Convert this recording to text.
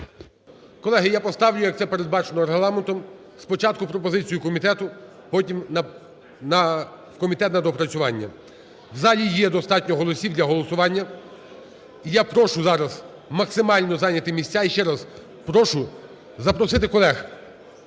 Колеги, я поставлю, як це передбачено Регламентом, спочатку пропозицію комітету, потім – в комітет на доопрацювання. В залі є достатньо голосів для голосування, і я прошу зараз максимально зайняти місця і ще раз прошу запросити колег,